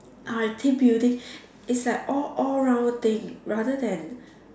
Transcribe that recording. ah team building it's like all all round thing rather than